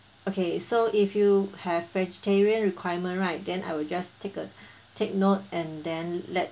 okay so if you have vegetarian requirement right then I will just take a take note and then let